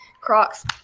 Crocs